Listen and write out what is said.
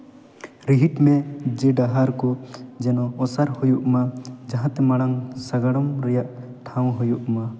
ᱨᱤᱦᱤᱴ ᱢᱮ ᱰᱟᱦᱟᱨ ᱠᱚ ᱡᱮᱱᱚ ᱚᱥᱟᱨ ᱦᱩᱭᱩᱜ ᱢᱟ ᱡᱟᱦᱟᱸᱛᱮ ᱢᱟᱲᱟᱝ ᱥᱟᱸᱜᱟᱲᱚᱢ ᱨᱮᱭᱟᱜ ᱴᱦᱟᱶ ᱦᱩᱭᱩᱜ ᱢᱟ